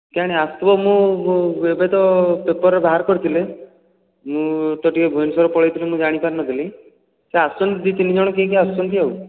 କିଆଣି ଆସୁଥିବ ମୁଁ ଏବେ ତ ପେପର୍ରେ ବାହାର କରିଥିଲେ ମୁଁ ତ ଟିକିଏ ଭୁବନେଶ୍ୱର ପଳାଇଥିଲି ମୁଁ ଜାଣିପାରିନଥିଲି ସେ ଆସୁଛନ୍ତି ଦୁଇ ତିନି ଜଣ କିଏ କିଏ ଆସୁଛନ୍ତି ଆଉ